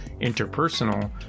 interpersonal